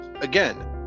again